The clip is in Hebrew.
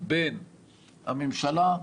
בין הממשלה,